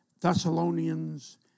Thessalonians